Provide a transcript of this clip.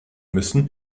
müssen